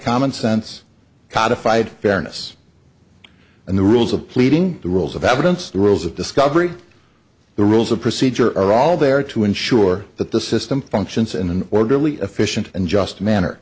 commonsense codified fairness and the rules of pleading the rules of evidence the rules of discovery the rules of procedure are all there to ensure that the system functions in an orderly efficient and just manner